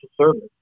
service